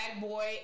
boy